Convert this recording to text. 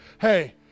hey